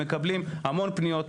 מקבלים המון פניות.